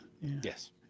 Yes